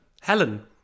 Helen